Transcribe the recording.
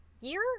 year